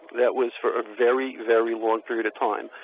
that was for a very, very long period of time,